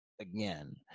again